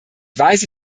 weise